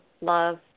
love